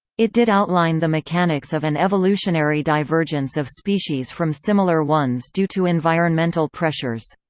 it did outline the mechanics of an evolutionary divergence of species from similar ones due to environmental pressures.